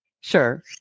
Sure